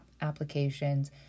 applications